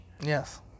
Yes